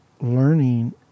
learning